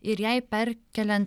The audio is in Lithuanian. ir jai perkeliant